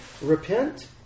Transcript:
Repent